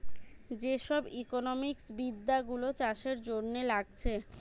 যে সব ইকোনোমিক্স বিদ্যা গুলো চাষের জন্যে লাগছে